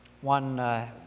One